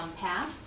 path